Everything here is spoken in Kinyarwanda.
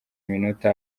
minota